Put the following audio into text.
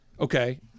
Okay